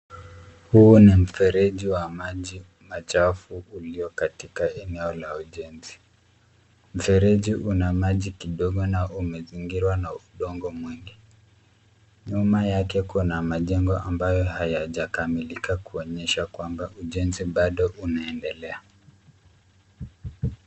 Huu mfereji wa maji machafu ulio katika eneo la ujenzi. Mfereji una maji kidogo na umezingirwa na udongo mwingi. Nyuma yake kuna majengo ambayo hayajakamilika kuonyesha kwamba ujenzi bado unaendelea.